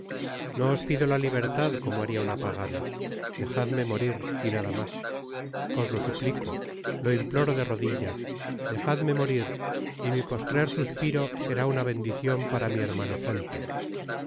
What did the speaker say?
os pido ta libertad como haria una pagana dejadme morir y nada mas os lo suplico lo imploro de rodillas dejadme morir y mi postrer suspiro será una bendicion para mi hermano felton